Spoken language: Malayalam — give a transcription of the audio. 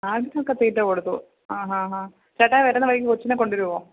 ആടിനൊക്കെ തീറ്റ കൊടുത്തു ഹാ ഹാ ഹാ ചേട്ടാ വരുന്ന വഴിക്ക് കൊച്ചിനെ കൊണ്ടുവരുമോ